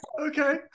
okay